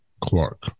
Clark